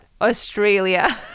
Australia